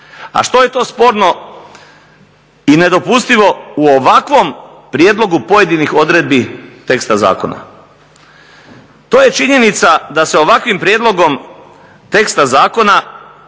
A što je to sporno i nedopustivo u ovakvom prijedlogu pojedinih odredbi teksta zakona? To je činjenica da se ovakvim prijedlogom teksta zakona,